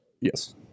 Yes